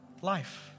Life